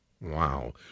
Wow